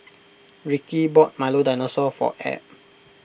Ricky bought Milo Dinosaur for Ab